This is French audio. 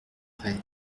prêt